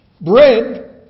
Bread